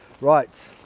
Right